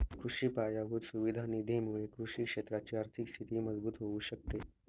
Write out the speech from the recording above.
कृषि पायाभूत सुविधा निधी मुळे कृषि क्षेत्राची आर्थिक स्थिती मजबूत होऊ शकते